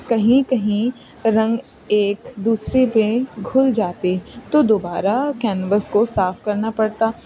کہیں کہیں رنگ ایک دوسرے پہ گھل جاتے تو دوبارہ کینوس کو صاف کرنا پڑتا